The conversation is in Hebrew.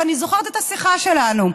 ואני זוכרת את השיחה שלנו,